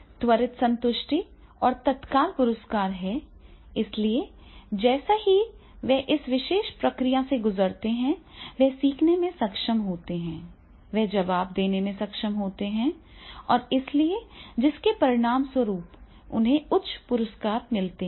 त्वरित संतुष्टि और तत्काल पुरस्कार हैं इसलिए जैसे ही वे इस विशेष प्रक्रिया से गुजरते हैं वे सीखने में सक्षम होते हैं वे जवाब देने में सक्षम होते हैं और इसलिए जिसके परिणामस्वरूप उन्हें उच्च पुरस्कार मिलते हैं